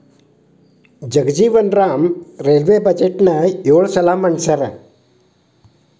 Jagjivan Ram railway ಬಜೆಟ್ನ ಯೊಳ ಸಲ ಮಂಡಿಸ್ಯಾರ